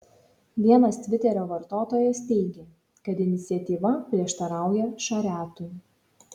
vienas tviterio vartotojas teigė kad iniciatyva prieštarauja šariatui